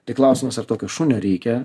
tai klausimas ar tokio šunio reikia